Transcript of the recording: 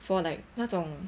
for like 那种